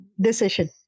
decision